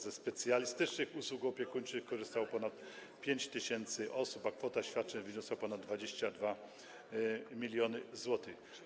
Ze specjalistycznych usług opiekuńczych korzystało ponad 5 tys. osób, a kwota świadczeń wyniosła ponad 22 mln zł.